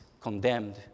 condemned